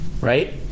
right